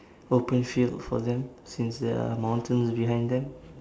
open field for them since there are mountains behind them